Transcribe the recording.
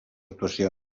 actuacions